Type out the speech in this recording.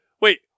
wait